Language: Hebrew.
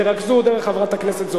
תרכזו דרך חברת הכנסת זוארץ,